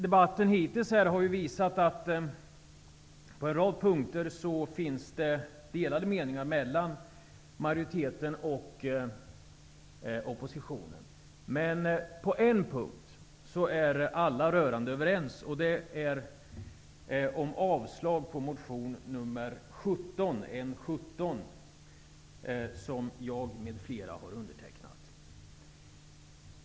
Debatten hittills har visat att det på en rad punkter finns delade meningar mellan majoriteten och oppositionen. På en punkt är dock alla rörande överens. Det gäller avslag på motion N17, som jag m.fl. har undertecknat.